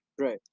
Right